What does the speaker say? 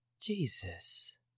Jesus